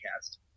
cast